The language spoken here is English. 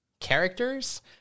characters